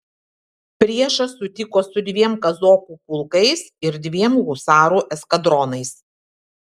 priešą sutiko su dviem kazokų pulkais ir dviem husarų eskadronais